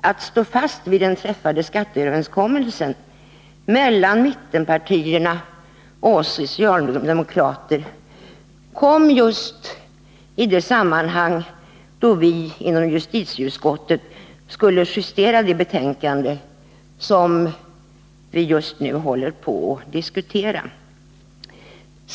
att stå fast vid den träffade skatteöverenskommelsen mellan mittenpartierna och socialdemokrater kom just i det sammanhang då vi inom justitieutskottet skulle justera det betänkande som vi just nu diskuterar.